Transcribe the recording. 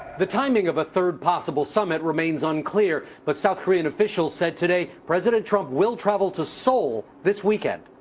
the timing of a third possible summit remains unclear, but south korean officials said today president trump will travel to seoul this weekend.